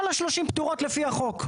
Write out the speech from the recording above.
כל השלושים פטורות לפי החוק.